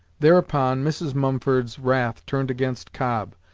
thereupon mrs. mumford's wrath turned against cobb.